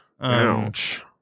Ouch